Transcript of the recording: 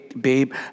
Babe